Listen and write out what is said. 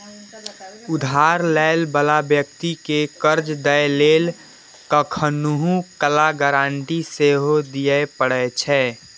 उधार लै बला व्यक्ति कें कर्ज दै लेल कखनहुं काल गारंटी सेहो दियै पड़ै छै